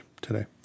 today